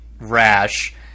rash